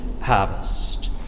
harvest